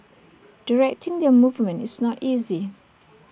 directing their movement is not easy